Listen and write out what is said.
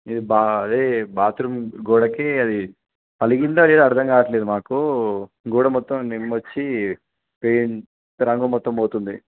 ఇది బా అదే బాత్రూమ్ గోడకి అది పగిలిందా లేదా అర్థం కావట్లేదు మాకు గోడ మొత్తం చేమ్మొచ్చి పెయి రంగు మొత్తం పోతుంది